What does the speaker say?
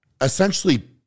essentially